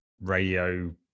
radio